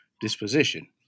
disposition